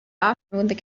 afternoon